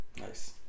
Nice